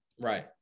Right